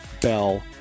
bell